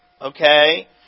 Okay